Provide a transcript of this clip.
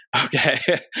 okay